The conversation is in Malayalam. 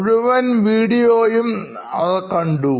മുഴുവൻ വീഡിയോയും അവർ കണ്ടു